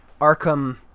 Arkham